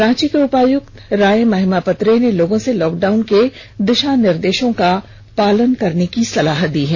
रांची के उपायुक्त राय महिमापत रे ने लोगों से लॉकडाउन के दिशा निर्देशों का पालन करने की अपील की है